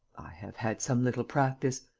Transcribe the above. have had some little practice,